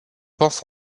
pense